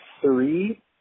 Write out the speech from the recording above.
three